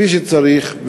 כפי שצריך,